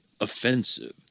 offensive